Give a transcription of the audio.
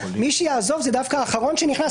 מי שיעזוב זה דווקא האחרון שנכנס,